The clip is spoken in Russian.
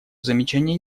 замечаний